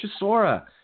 Chisora